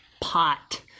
pot